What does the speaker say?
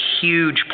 huge